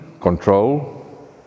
control